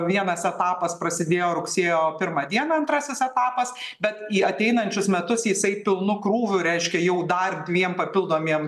vienas etapas prasidėjo rugsėjo pirmą dieną antrasis etapas bet į ateinančius metus jisai pilnu krūviu reiškia jau dar dviem papildomiem